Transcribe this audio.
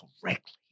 correctly